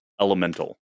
Elemental